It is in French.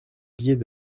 billet